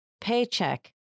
paycheck